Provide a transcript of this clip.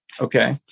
okay